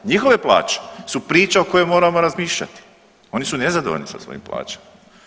Njihove plaće su priča o kojoj moramo razmišljati, oni su nezadovoljni sa svojim plaćama.